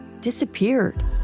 disappeared